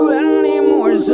anymore